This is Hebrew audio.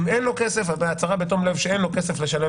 אם אין לו כסף אז הצהרה בתום לב שאין לו כסף לשלם